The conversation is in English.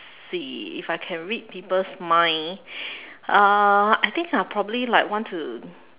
see if I can read people's mind ah I think I probably will like want to